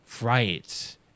Right